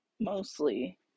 mostly